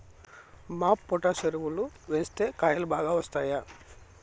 MOP potash ఎరువులు వేస్తే కాయలు బాగా వస్తాయా?